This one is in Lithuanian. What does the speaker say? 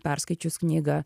perskaičius knygą